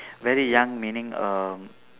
very young meaning uh